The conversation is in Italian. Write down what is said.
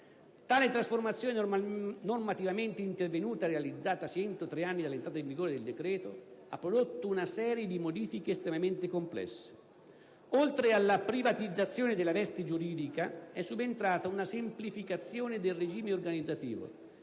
Tale trasformazione normativamente intervenuta e realizzatasi entro tre anni dall'entrata in vigore del decreto, ha prodotto una serie di modifiche estremamente complesse: oltre alla privatizzazione della veste giuridica, è subentrata una semplificazione del regime organizzativo,